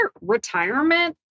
retirement